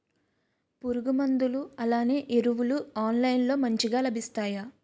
పురుగు మందులు అలానే ఎరువులు ఆన్లైన్ లో మంచిగా లభిస్తాయ?